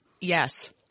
Yes